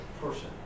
person